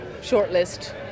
shortlist